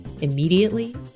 Immediately